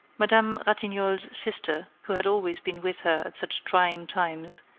madame ratignolle's sister, who had always been with her at such trying times,